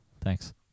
Thanks